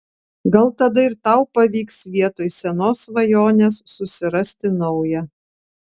gal tada ir tau pavyks vietoj senos svajonės susirasti naują